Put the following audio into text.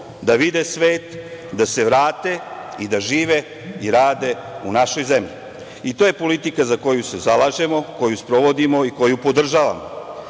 da vide svet, da se vrate i da žive i rade u našoj zemlji. To je politika za koju se zalažemo, koju sprovodimo i koju podržavamo. Briga